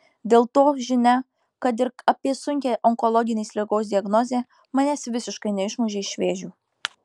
dėl to žinia kad ir apie sunkią onkologinės ligos diagnozę manęs visiškai neišmušė iš vėžių